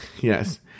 Yes